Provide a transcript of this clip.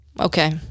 Okay